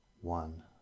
one